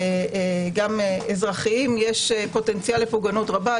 גם אזרחיים יש פוטנציאל לפוגענות רבה.